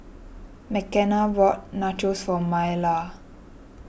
Mckenna bought Nachos for Maleah